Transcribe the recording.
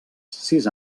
sis